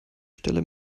stelle